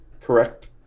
Correct